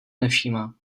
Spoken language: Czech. nevšímá